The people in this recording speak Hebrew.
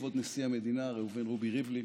כבוד נשיא המדינה ראובן רובי ריבלין,